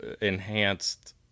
enhanced